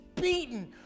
beaten